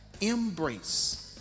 embrace